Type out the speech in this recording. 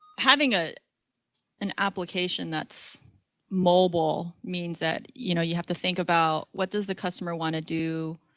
having ah an application that's mobile means that, you know, you have to think about what does the customer want to do